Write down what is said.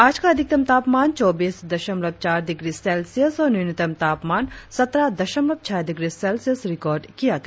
आज का अधिकतम तापमान चौबीस दशमलव चार डिग्री सेल्सियस और न्यूनतम तापमान सत्रह दशमलव छह डिग्री सेल्सियस रिकार्ड किया गया